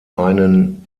einen